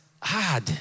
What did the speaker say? hard